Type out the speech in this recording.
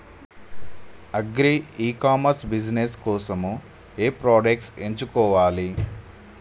Agri e commerce business కోసము ఏ products ఎంచుకోవాలి?